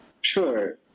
Sure